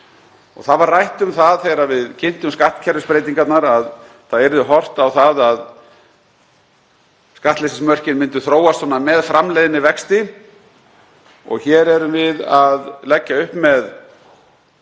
Rætt var um það, þegar við kynntum skattkerfisbreytingarnar, að horft yrði á það að skattleysismörkin myndu þróast með framleiðnivexti og hér erum við að leggja upp með